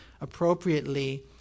appropriately